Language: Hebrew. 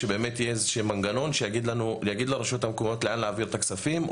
שבאמת יהיה איזשהו מנגנון להגיד לרשויות המקומיות לאן להעביר את הכספים.